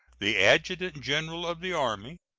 the adjutant-general of the army,